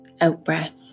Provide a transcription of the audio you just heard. Out-breath